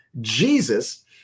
Jesus